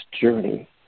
journey